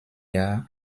jahr